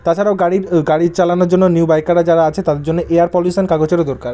তাছাড়াও গাড়ির গাড়ি চালানোর জন্য নিউ বাইকাররা যারা আছে তাদের জন্য এয়ার পলিউশন কাগজেরও দরকার